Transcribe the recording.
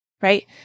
right